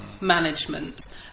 management